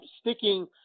sticking